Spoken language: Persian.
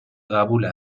قبول